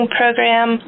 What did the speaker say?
program